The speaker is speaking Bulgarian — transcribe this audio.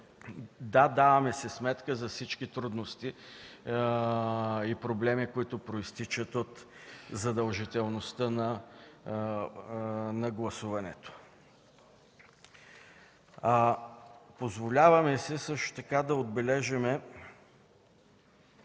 Даваме си сметка за всички трудности и проблеми, които произтичат от задължителността на гласуването. Позволяваме си също така да отбележим